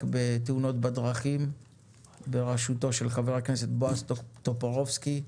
בתאונות דרכים בראשותו של חבר הכנסת בועז טופורובסקי.